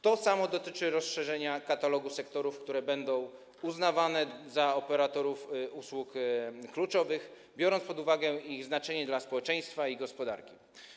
To samo dotyczy rozszerzenia katalogu sektorów, które będą uznawane za operatorów usług kluczowych, biorąc pod uwagę ich znaczenie dla społeczeństwa i gospodarki.